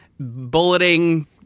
bulleting